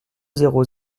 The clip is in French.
zéro